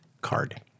card